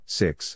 six